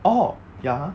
oh ya !huh!